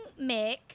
Mick